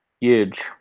Huge